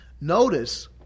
Notice